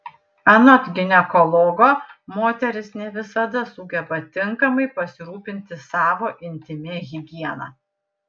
anot ginekologo moterys ne visada sugeba tinkamai pasirūpinti savo intymia higiena